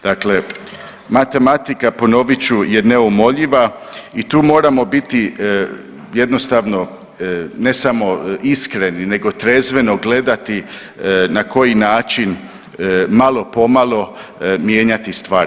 Dakle, matematika ponovit ću je neumoljiva i tu moramo biti jednostavno ne samo iskreni nego trezveno gledati na koji način malo po malo mijenjati stvari.